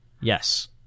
Yes